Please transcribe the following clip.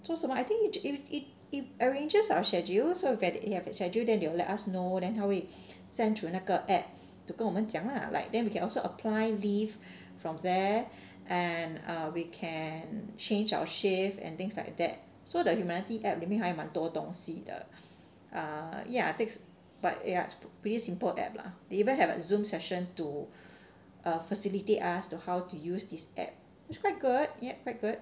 做什么 I think if it it arranges our schedules so that if have a schedule then it'll let us know then 它会 send through 那个 app to 跟我们讲 ah then we can also apply leave from there and err we can change our shift and things like that so the humanity app 里面还蛮多东西的 ah ya takes but ya it's pretty simple app lah they even have a zoom session to facilitate us to how to use this app which is quite good ya quite good